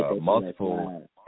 multiple